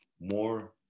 more